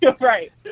Right